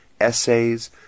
essays